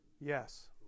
Yes